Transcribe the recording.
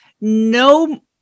no